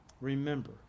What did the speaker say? Remember